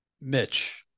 Mitch